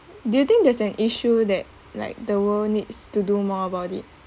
do you think there's an issue that like the world needs to do more about it